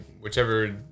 whichever